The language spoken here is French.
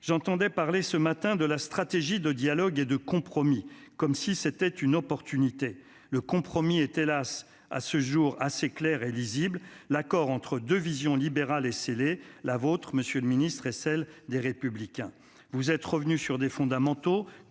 J'entendais parler ce matin de votre stratégie de dialogue et de compromis, comme si c'était une opportunité ... Le compromis est, hélas, à ce jour, assez clair et lisible : l'accord entre deux visions libérales, la vôtre, monsieur le ministre, et celle des Républicains, est scellé. Vous êtes revenus sur des fondamentaux,